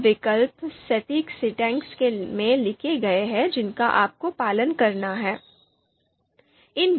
ये विकल्प सटीक सिंटैक्स में लिखे गए हैं जिनका आपको पालन करना है